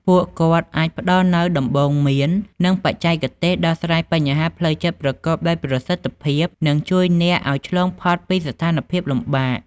ពួកគាត់អាចផ្ដល់នូវដំបូន្មាន និងបច្ចេកទេសដោះស្រាយបញ្ហាផ្លូវចិត្តប្រកបដោយប្រសិទ្ធភាព និងជួយអ្នកឱ្យឆ្លងផុតពីស្ថានភាពលំបាក។